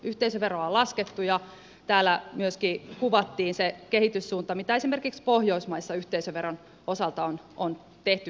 yhteisöveroa on laskettu ja täällä myöskin kuvattiin se kehityssuunta mitä esimerkiksi pohjoismaissa yhteisöveron osalta on tehty päätöksiä